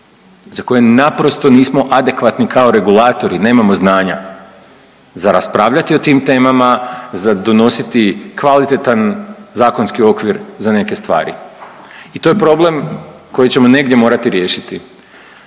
za koje naprosto nismo adekvatni kao regulatori, nemamo znanja za raspravljati o tim temama, za donositi kvalitetan zakonski okvir za neke stvari. I to je problem koji ćemo negdje morati riješiti.